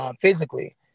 Physically